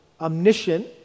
omniscient